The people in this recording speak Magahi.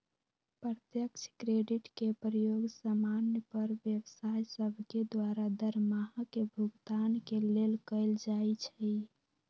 प्रत्यक्ष क्रेडिट के प्रयोग समान्य पर व्यवसाय सभके द्वारा दरमाहा के भुगतान के लेल कएल जाइ छइ